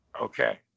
Okay